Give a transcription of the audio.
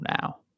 now